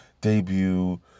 debut